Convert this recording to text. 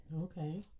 Okay